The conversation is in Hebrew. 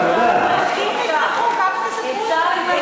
אבל, אדוני, אי-אפשר עם זה, כבר,